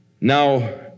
Now